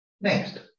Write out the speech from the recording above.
Next